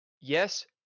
Yes